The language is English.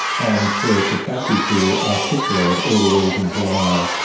and her capacity to articulate all the reasons why,